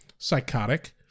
psychotic